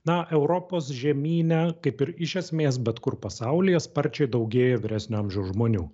na europos žemyne kaip ir iš esmės bet kur pasaulyje sparčiai daugėja vyresnio amžiaus žmonių